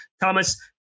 Thomas